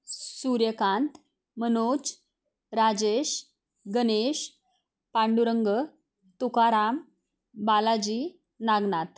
Suryakant Manoj Rajesh Ganesh Pandurang Tukaram Balaji Nagnath